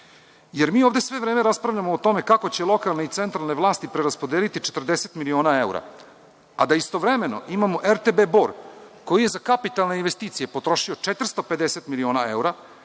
ovim. Mi ovde sve vreme raspravljamo o tome kako će lokalne i centralne vlasti preraspodeliti 40 miliona evra, a da istovremeno imamo RTB Bor koji je za kapitalne investicije potrošio 450 miliona evra,